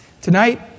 Tonight